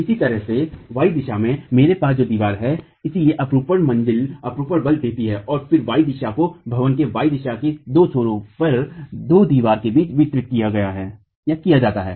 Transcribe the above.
इसी तरह से y दिशा में मेरे पास दो दीवारें हैं इसलिए अपरूपण मंजिल अपरूपण बल देती है और फिर y दिशा को भवन के y दिशा में दो छोरों पर दो दीवारों के बीच वितरित किया जाता है